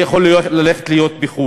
הוא יכול ללכת להיות בחוג,